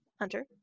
Hunter